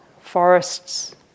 forests